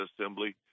assembly